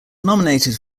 nominated